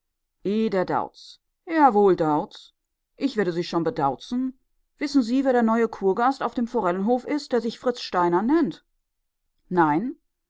der dauz jawohl dauz ich werde sie schon bedauzen wissen sie wer der neue kurgast auf dem forellenhof ist der sich fritz steiner nennt nein